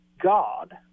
God